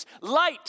light